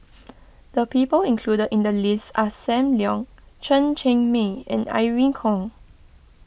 the people included in the list are Sam Leong Chen Cheng Mei and Irene Khong